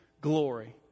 glory